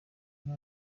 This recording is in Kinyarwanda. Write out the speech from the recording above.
umwe